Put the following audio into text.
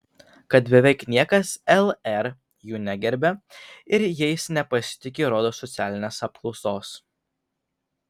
kad beveik niekas lr jų negerbia ir jais nepasitiki rodo socialinės apklausos